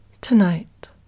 Tonight